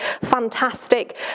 fantastic